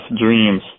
dreams